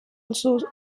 other